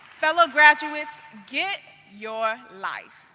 fellow graduates, get your life.